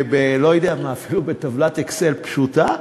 לא יודע, אפילו בטבלת "אקסל" פשוטה,